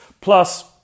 plus